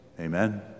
Amen